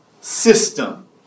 system